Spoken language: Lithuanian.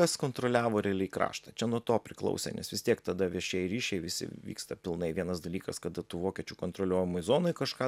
kas kontroliavo realiai kraštą čia nuo to priklausė nes vis tiek tada viešieji ryšiai visi vyksta pilnai vienas dalykas kada tu vokiečių kontroliuojamoj zonoj kažką